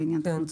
כן.